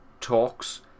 talks